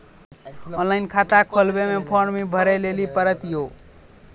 Online खाता खोलवे मे फोर्म भी भरे लेली पड़त यो?